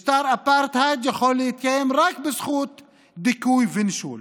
משטר אפרטהייד יכול להתקיים רק בזכות דיכוי ונישול